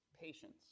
Patience